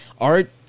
art